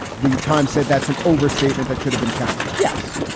the times said that's an overstatement. that should have been challenged. yes.